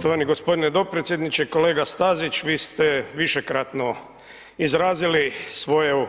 Poštovani gospodine dopredsjedniče, kolega Stazić vi ste višekratno izrazili svoju